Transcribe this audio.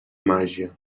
màgia